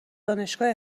دانشگاه